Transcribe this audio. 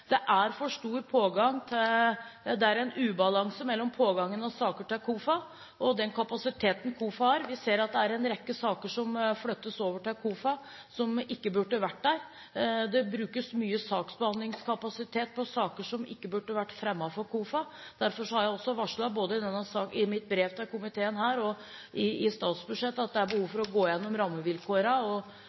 Det er en ubalanse mellom pågangen og saker til KOFA og den kapasiteten KOFA har. Vi ser at det er en rekke saker som flyttes over til KOFA, som ikke burde ha vært der. Det brukes mye saksbehandlingskapasitet på saker som ikke burde ha vært fremmet for KOFA. Derfor har jeg også varslet både i mitt brev til komiteen her og i statsbudsjettet at det er behov for å gå